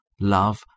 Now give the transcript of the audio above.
love